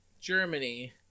Germany